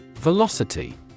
Velocity